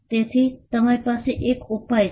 તેથી તમારી પાસે એક ઉપાય છે